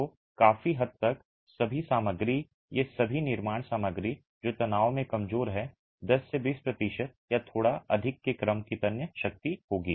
तो काफी हद तक सभी सामग्री ये सभी निर्माण सामग्री जो तनाव में कमजोर हैं 10 से 20 प्रतिशत या थोड़ा अधिक के क्रम की तन्य शक्ति होगी